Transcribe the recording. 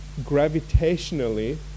gravitationally